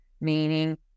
meaning